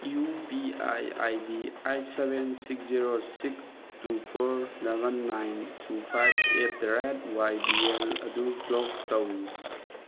U P I I D eight seven six zero six two four double nine two five at the rate Y B L ꯑꯗꯨ block ꯇꯧ